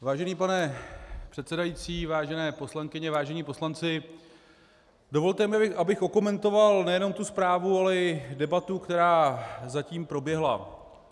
Vážený pane předsedající, vážené poslankyně, vážení poslanci, dovolte mi, abych okomentoval nejenom tu zprávu, ale i debatu, která zatím proběhla.